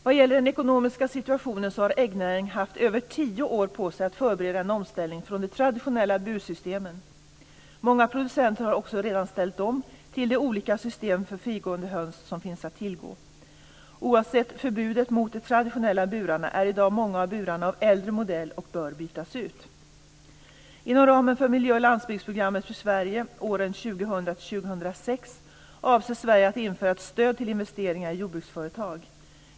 Vad gäller den ekonomiska situationen har äggnäringen haft över tio år på sig att förbereda en omställning från de traditionella bursystemen. Många producenter har också redan ställt om till de olika system för frigående höns som finns att tillgå. Oavsett förbudet mot de traditionella burarna är i dag många av burarna av äldre modell och bör bytas ut. Inom ramen för Miljö och landsbygdsprogrammet för Sverige åren 2000-2006 avser Sverige att införa ett stöd till investeringar i jordbruksföretag.